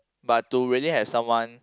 but to really have someone